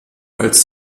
als